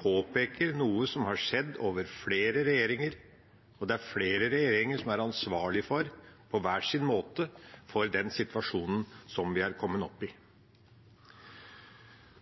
påpeker noe som har skjedd over flere regjeringer. Det er flere regjeringer som er ansvarlige – på hver sin måte – for den situasjonen som vi er kommet i.